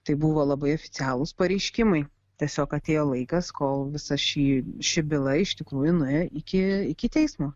tai buvo labai oficialūs pareiškimai tiesiog atėjo laikas kol visa ši ši byla iš tikrųjų nuėjo iki iki teismo